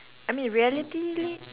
I mean realitily